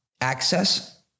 access